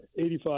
85